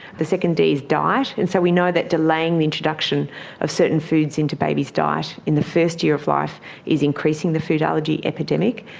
the second d is diet. and so we know that delaying the introduction of certain foods into babies' diet in the first year of life is increasing the food allergy epidemic.